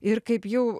ir kaip jau